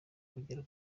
kugera